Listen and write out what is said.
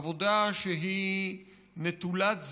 עבודה שהיא נטולת זוהר,